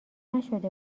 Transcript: نشده